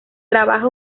trabaja